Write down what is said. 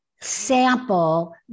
sample